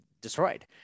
destroyed